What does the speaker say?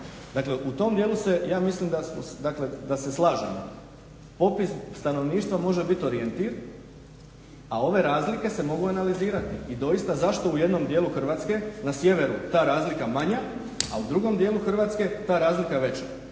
u tom dijelu se, ja mislim da se slažemo. Popis stanovništva može bit orijentir, a ove razlike se mogu analizirati. I doista, zašto u jednom dijelu Hrvatske na sjeveru ta razlika manja, a u drugom dijelu Hrvatske ta razlika veća?